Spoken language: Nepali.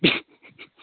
बि